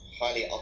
highly